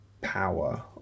power